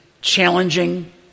challenging